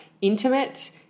intimate